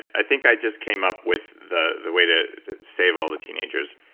i think i just came up with the the way to save all the teenagers.